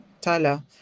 tyler